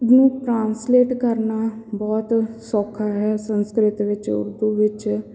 ਨੂੰ ਟਰਾਂਸਲੇਟ ਕਰਨਾ ਬਹੁਤ ਸੌਖਾ ਹੈ ਸੰਸਕ੍ਰਿਤ ਵਿੱਚ ਉਰਦੂ ਵਿੱਚ